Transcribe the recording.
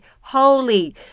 holy